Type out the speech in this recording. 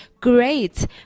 great